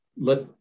let